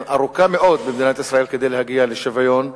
ארוכה מאוד כדי להגיע לשוויון לנשים,